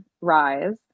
rise